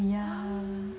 but you know